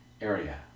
area